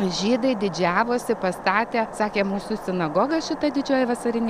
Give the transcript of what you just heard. žydai didžiavosi pastatė sakė mūsų sinagoga šita didžioji vasarinė